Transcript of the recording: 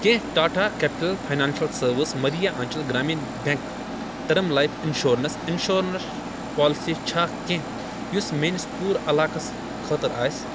کیٛاہ Tata Capital Financial Services یا Madhyanchal Gramin bank term life insurance insurance policy چھا کینٛہہ یُس میٲنِس پوٗرٕعلاقس خٲطرٕ آسہِ